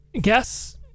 guess